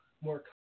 more